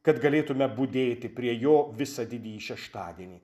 kad galėtume budėti prie jo visą didįjį šeštadienį